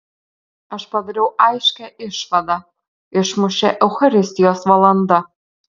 aš padariau aiškią išvadą išmušė eucharistijos valanda